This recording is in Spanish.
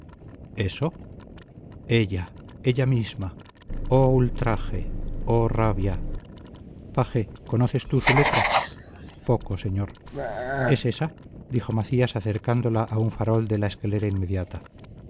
eso ella ella misma oh ultraje oh rabia paje conoces tú su letra poco señor es ésa dijo macías acercándola a un farol de la escalera inmediata